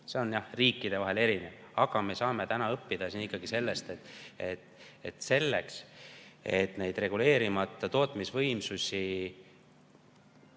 see on riikides erinev. Aga me saame õppida ikkagi seda, et selleks, et neid reguleerimata tootmisvõimsusi